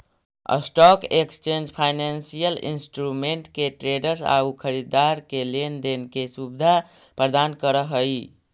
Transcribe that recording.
stock exchange financial instrument के traders आउ खरीदार के लेन देन के सुविधा प्रदान करऽ हइ